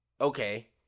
okay